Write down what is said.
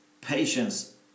patience